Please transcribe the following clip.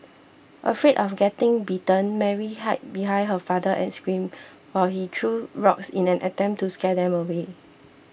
afraid of getting bitten Mary hid behind her father and screamed while he threw rocks in an attempt to scare them away